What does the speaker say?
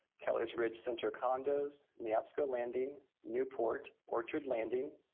kelly's ridge center condos, neabsco landing, newport, orchard landing,